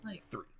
Three